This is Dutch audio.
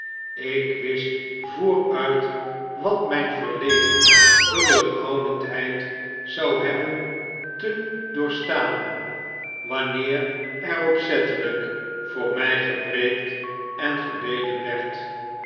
ik wist vooruit wat mijn verlegen terughoudendheid zou hebben tedoorstaan wanneer er opzettelyk voor mij gepreekt en gebeden werd